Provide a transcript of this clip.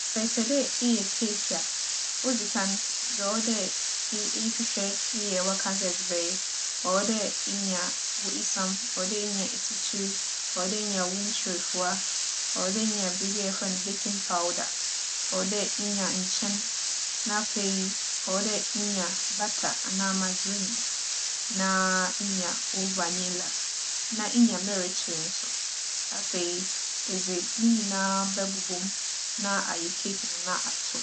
Sɛ epɛ dɛ eyɛ keeki a, odzi kan, dza ͻwͻ dɛ e - ehwehwɛ yɛ w'akadze a edze bɛyɛ. ͻwͻ dɛ inya wo isiam, ͻwͻ dɛ inya esikyir, ͻwͻ dɛ inya wo nkyirefuwa, ͻwͻ dɛ inya biribi a yɛfrɛ no 'baking powder', ͻwͻ dɛ inya nkyen, na afei, ͻwͻ dɛ inya bata anaa magerin na inya wo 'vanilla', na inya merekye so. Afei, edze ne nyina bɛbobͻ mu na ayɛ keeki no na atow.